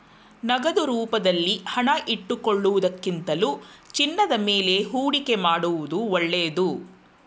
ನಗದು ರೂಪದಲ್ಲಿ ಹಣ ಇಟ್ಟುಕೊಳ್ಳುವುದಕ್ಕಿಂತಲೂ ಚಿನ್ನದ ಮೇಲೆ ಹೂಡಿಕೆ ಮಾಡುವುದು ಒಳ್ಳೆದು